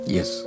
Yes